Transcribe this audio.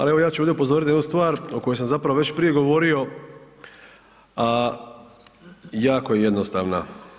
Ali evo ja ću ovdje upozoriti na jednu stvar o kojoj sam zapravo već prije govorio, a jako je jednostavna.